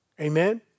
Amen